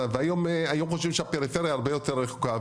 והיום חושבים שהפריפריה הרבה יותר רחוקה.